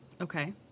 Okay